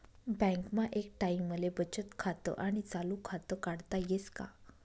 बँकमा एक टाईमले बचत खातं आणि चालू खातं काढता येस का?